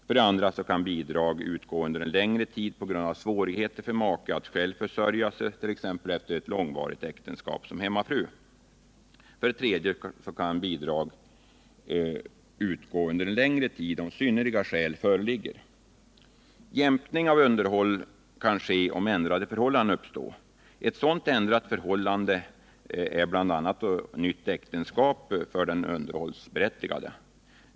För det andra kan bidrag utgå under längre tid på grund av svårigheter för make att själv försörja sig,t.ex. efter ett långvarigt äktenskap som hemmafru. För det tredje och frånskilda, kan bidrag utgå under längre tid om synnerliga skäl härför föreligger. Mi. VA Jämkning av underhåll kan ske, om ändrade förhållanden uppstår. Ett sådant ändrat förhållande kan bl.a. vara nytt äktenskap för den underhållsberättigade.